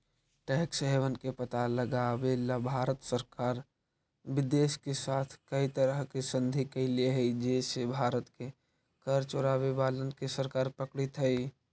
tax haven के पता लगावेला भारत सरकार विदेश के साथ कै तरह के संधि कैले हई जे से भारत के कर चोरावे वालन के सरकार पकड़ित हई